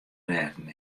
rêden